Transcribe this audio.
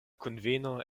kunveno